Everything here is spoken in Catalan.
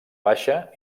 baixa